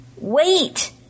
Wait